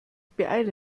beeile